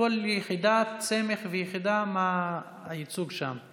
בכל יחידת סמך ויחידה מה הייצוג שם,